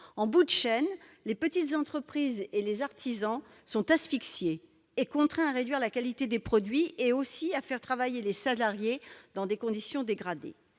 En bout de chaîne, les petites entreprises et les artisans sont asphyxiés et contraints à réduire la qualité des produits et, surtout, à faire travailler les salariés dans des conditions dégradées.